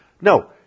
No